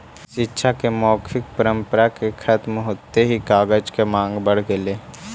शिक्षा के मौखिक परम्परा के खत्म होइत ही कागज के माँग बढ़ गेलइ